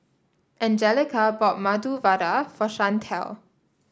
Anjelica bought Medu Vada for Shantel